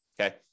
Okay